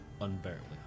unbearably